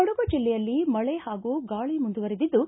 ಕೊಡಗು ಜಿಲ್ಲೆಯಲ್ಲಿ ಮಳೆ ಹಾಗೂ ಗಾಳಿ ಮುಂದುವರಿದಿದ್ದು